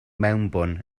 mewnbwn